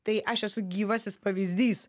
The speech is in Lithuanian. tai aš esu gyvasis pavyzdys